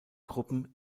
gruppen